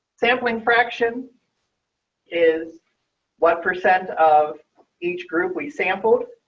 sampling fraction is what percent of each group we sampled